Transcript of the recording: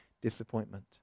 disappointment